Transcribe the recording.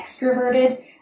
extroverted